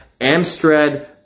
amstrad